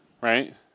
right